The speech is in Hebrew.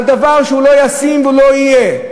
על דבר שהוא לא ישים ולא יהיה.